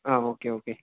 ആ okay okay